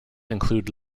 included